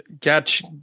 Catch